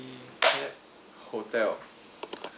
hotel